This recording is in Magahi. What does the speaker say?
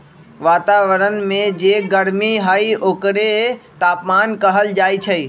वतावरन में जे गरमी हई ओकरे तापमान कहल जाई छई